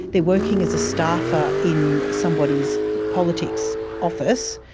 they're working as a staffer in somebody's politics office,